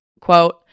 Quote